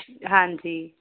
ਹਾਂਜੀ